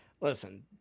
listen